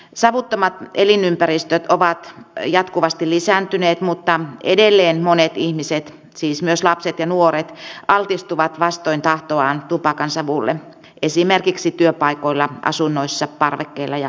savuttomat elinympäristöt ovat jatkuvasti lisääntyneet mutta edelleen monet ihmiset siis myös lapset ja nuoret altistuvat vastoin tahtoaan tupakansavulle esimerkiksi työpaikoilla asunnoissa parvekkeilla ja autoissa